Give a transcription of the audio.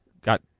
got